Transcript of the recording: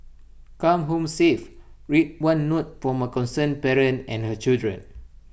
come home safe read one note from A concerned parent and her children